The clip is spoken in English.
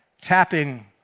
tapping